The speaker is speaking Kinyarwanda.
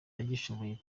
agishoboye